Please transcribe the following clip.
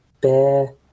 bear